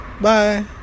Bye